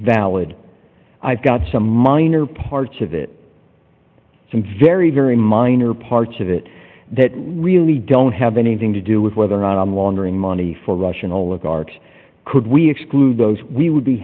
valid i've got some minor parts of it some very very minor parts of it that really don't have anything to do with whether or not i'm laundering money for russian oligarchs could we exclude those we would be